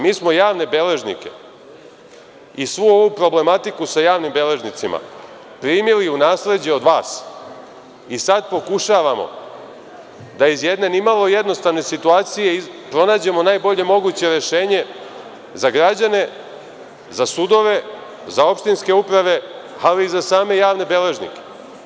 Mi smo javne beležnike i svu ovu problematiku sa javnim beležnicima primili u nasleđe od vas i sada pokušavamo da iz jedne nimalo jednostavne situacije pronađemo najbolje moguće rešenje za građane, za sudove, za opštinske uprave, ali i za same javne beležnike.